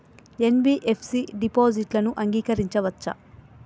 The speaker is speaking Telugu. ఎన్.బి.ఎఫ్.సి డిపాజిట్లను అంగీకరించవచ్చా?